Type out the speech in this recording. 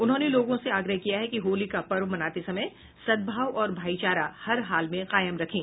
उन्होंने लोगों से आग्रह किया है कि होली का पर्व मनाते समय सद्भाव और भाईचारा हरहाल में कायम रखें